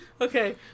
Okay